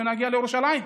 שנגיע לירושלים.